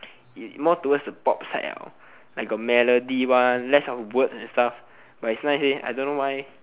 more towards the pop side liao like got melody one less of words and stuff but it's nice leh I don't know why